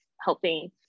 helping